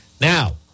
Now